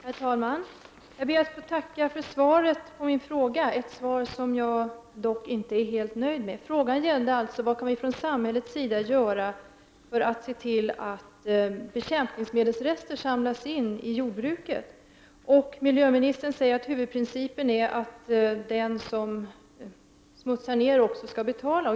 Herr talman! Jag ber att få tacka för svaret på min fråga, ett svar som jag dock inte är helt nöjd med. Frågan gällde vad vi från samhällets sida kan göra för att se till att bekämpningsmedelsrester samlas in i jordbruket. Miljöministern säger att huvudprincipen är att den som smutsar ned också skall betala.